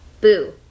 Boo